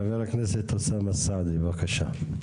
חבר הכנסת אוסאמה סעדי, בבקשה.